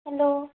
hello